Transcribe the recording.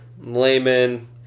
layman